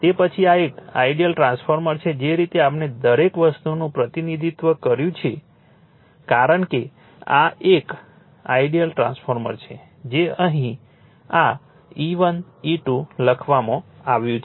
તે પછી આ એક આઇડીઅલ ટ્રાન્સફોર્મર છે જે રીતે આપણે દરેક વસ્તુનું પ્રતિનિધિત્વ કર્યું છે કારણ કે આ એક આઇડીઅલ ટ્રાન્સફોર્મર છે જે અહીં આ E1 E2 લખવામાં આવ્યું છે